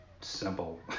simple